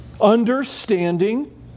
understanding